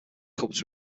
clubs